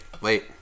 Late